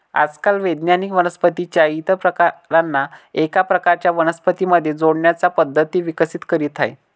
आजकाल वैज्ञानिक वनस्पतीं च्या इतर प्रकारांना एका प्रकारच्या वनस्पतीं मध्ये जोडण्याच्या पद्धती विकसित करीत आहेत